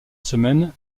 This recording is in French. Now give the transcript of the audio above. semaine